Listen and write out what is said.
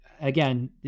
again